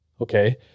okay